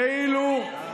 יועז,